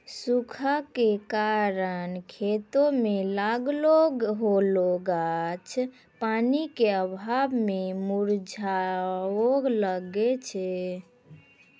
सूखा के कारण खेतो मे लागलो होलो गाछ पानी के अभाव मे मुरझाबै लागै छै